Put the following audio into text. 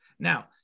Now